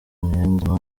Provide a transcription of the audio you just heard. niyonzima